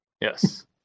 Yes